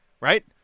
right